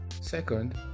second